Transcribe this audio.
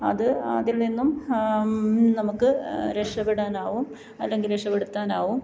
അത് അതിൽ നിന്നും നമുക്ക് രക്ഷപെടാനാവും അല്ലെങ്കിൽ രക്ഷപെടുത്താനാവും